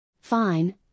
Fine